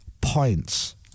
points